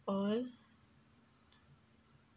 at all